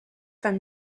from